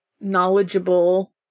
knowledgeable